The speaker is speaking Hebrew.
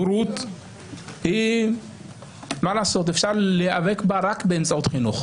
בורות אפשר להיאבק בה רק באמצעות חינוך,